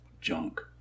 junk